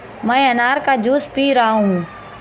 मैं अनार का जूस पी रहा हूँ